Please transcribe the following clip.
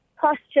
posture